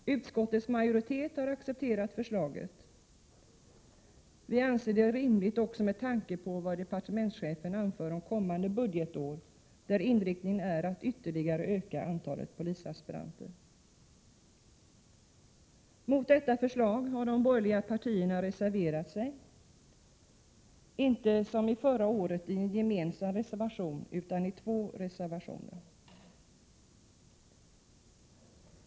Utskottets majoritet har accepterat förslaget. Vi anser det rimligt också med tanke på vad departementschefen anför om kommande budgetår, där inriktningen är att ytterligare öka antalet polisaspiranter. Mot detta har de borgerliga partierna reserverat sig — inte som förra året i en gemensam reservation, utan i två reservationer.